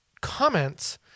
comments